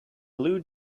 blue